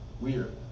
Weird